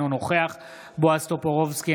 אינו נוכח בועז טופורובסקי,